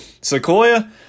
Sequoia